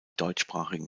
deutschsprachigen